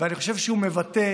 ואני חושב שהוא מבטא